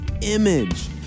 image